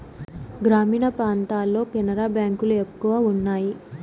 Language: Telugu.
గ్రామీణ ప్రాంతాల్లో కెనరా బ్యాంక్ లు ఎక్కువ ఉన్నాయి